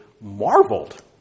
marveled